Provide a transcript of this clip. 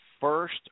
first